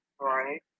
right